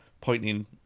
pointing